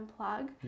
unplug